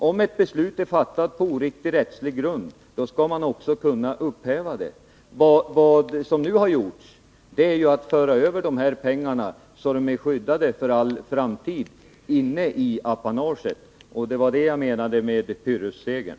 Om ett beslut är fattat på oriktig rättslig grund, skall man också kunna upphäva det. Vad man nu gjort är att man fört dessa pengar in i apanaget, så att de är skyddade för all framtid. Det var detta jag menade med Pyrrhussegern.